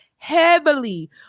heavily